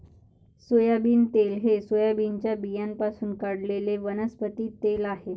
soybean तेल हे सोयाबीनच्या बियाण्यांपासून काढलेले वनस्पती तेल आहे